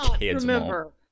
remember